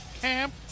Camp